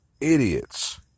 Idiots